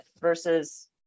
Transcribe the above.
versus